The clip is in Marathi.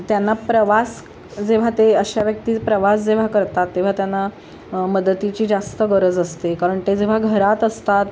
त्यांना प्रवास जेव्हा ते अशा व्यक्ती प्रवास जेव्हा करतात तेव्हा त्यांना मदतीची जास्त गरज असते कारण ते जेव्हा घरात असतात